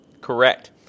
Correct